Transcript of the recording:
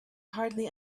hardly